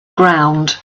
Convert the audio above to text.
ground